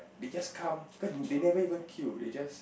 they just come cause they never even queue they just